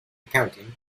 accounting